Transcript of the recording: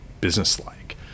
businesslike